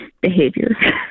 behaviors